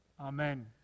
Amen